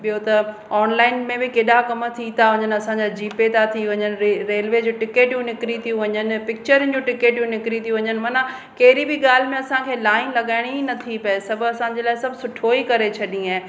ॿियो त ऑनलाइन में बि केतिरा कमु थी था वञनि असांजा जी पे था थी वञनि रेलवे जे टिकटूं निकिरी थी वञनि पिकिचरनि जूं टिकटू निकिरी थियूं वञनि माना कहिड़ी बि ॻाल्हि में असांखे लाइन लॻाइणी ई नथी पए सभु असांजे लाइ सभु सुठो ई करे छॾियो आहे